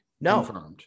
No